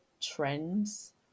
trends